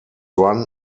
run